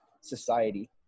society